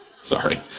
Sorry